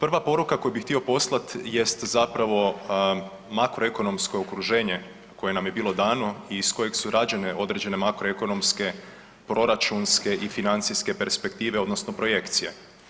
Prva poruka koju bih htio poslati jest zapravo makroekonomsko okruženje koje nam je bilo dano i iz kojeg su rađene određene makroekonomske, proračunske i financijske perspektive odnosno projekcije.